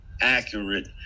accurate